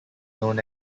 known